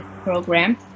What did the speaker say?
program